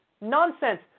Nonsense